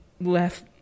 left